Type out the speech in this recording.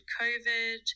COVID